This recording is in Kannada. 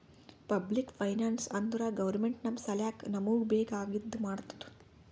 ಪಬ್ಲಿಕ್ ಫೈನಾನ್ಸ್ ಅಂದುರ್ ಗೌರ್ಮೆಂಟ ನಮ್ ಸಲ್ಯಾಕ್ ನಮೂಗ್ ಬೇಕ್ ಆಗಿದ ಮಾಡ್ತುದ್